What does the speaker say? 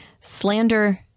slander